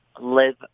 live